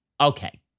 Okay